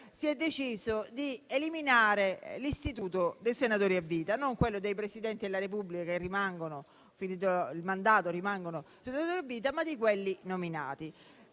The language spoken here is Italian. si è deciso di eliminare l'istituto dei senatori a vita: non quello dei Presidenti della Repubblica, che, finito il mandato, diventano senatori